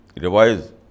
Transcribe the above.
revise